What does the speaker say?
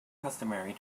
customary